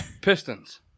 Pistons